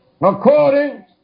according